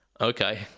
okay